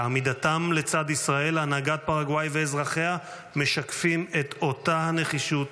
בעמידתם לצד ישראל הנהגת פרגוואי ואזרחיה משקפים את אותה הנחישות